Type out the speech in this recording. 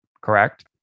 correct